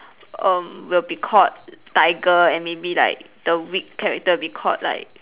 um will be called tiger and maybe like the weak character will be called like